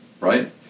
right